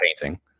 painting